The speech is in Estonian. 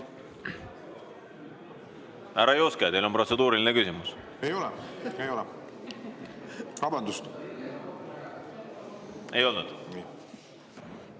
Härra Juske, teil on protseduuriline küsimus? Ei ole, ei ole. Vabandust! Ei ole,